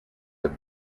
have